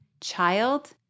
child